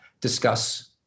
discuss